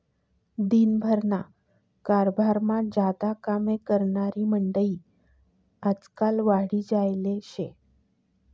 दिन भरना कारभारमा ज्यादा कामे करनारी मंडयी आजकाल वाढी जायेल शे